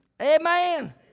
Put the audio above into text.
Amen